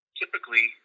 typically